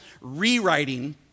rewriting